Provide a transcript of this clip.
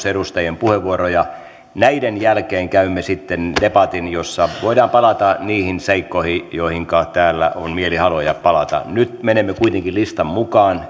edustajien puheenvuoroja näiden jälkeen käymme sitten debatin jossa voidaan palata niihin seikkoihin joihinka täällä on mielihaluja palata nyt menemme kuitenkin listan mukaan